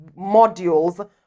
modules